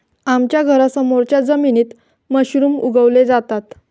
आमच्या घरासमोरच्या जमिनीत मशरूम उगवले जातात